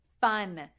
fun